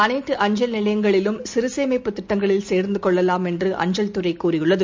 அனைத்து அஞ்சல் நிலையங்களிலும் சிறசேமிப்புத் திட்டங்களில் சேர்ந்தகொள்ளவாம் என்று அஞ்கல் துறைகூறியுள்ளது